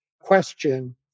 question